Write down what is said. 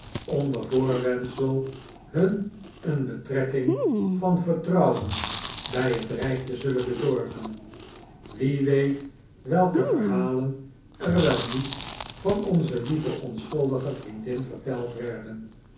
onder voorwendsel hun een betrekking van vertrouwen bij het rijk te zullen bezorgen wie weet welke verhalen er wel niet van onze lieve onschuldige vriendin verteld werden